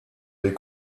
des